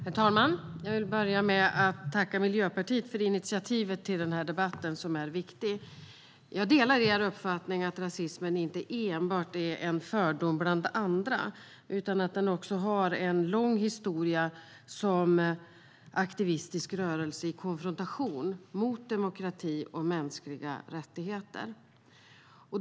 Herr talman! Jag vill börja med att tacka Miljöpartiet för initiativet till den här viktiga debatten. Jag delar deras uppfattning att rasismen inte enbart är en fördom bland andra, utan den har en lång historia som aktivistisk rörelse i konfrontation mot demokrati och mänskliga rättigheter.